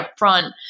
upfront